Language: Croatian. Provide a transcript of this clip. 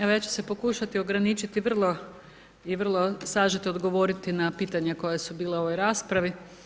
Evo ja ću se pokušati ograničiti i vrlo sažeto dogovoriti na pitanja koja su bila u ovoj raspravi.